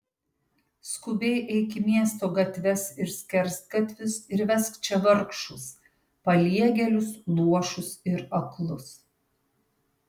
skubiai eik į miesto gatves ir skersgatvius ir vesk čia vargšus paliegėlius luošus ir aklus